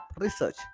research